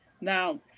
Now